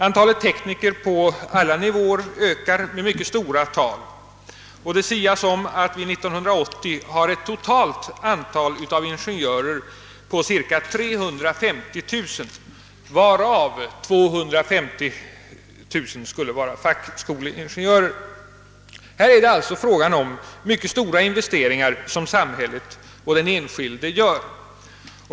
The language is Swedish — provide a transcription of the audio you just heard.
Antalet tekniker på alla nivåer ökar med mycket stora tal, och det sias om att vi år 1980 har ett totalt antal ingenjörer av cirka 350 000, av vilka 250 000 är fackskoleingenjörer. Här är det alltså fråga om mycket stora investeringar av samhället och den enskilde.